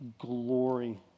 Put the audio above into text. glory